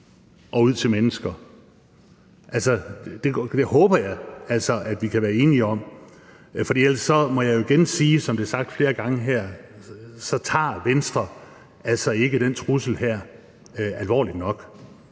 mink til mennesker. Altså, det håber jeg vi kan være enige om, for ellers må jeg igen sige, som det er blevet sagt flere gange her, at Venstre ikke tager den her trussel alvorligt nok.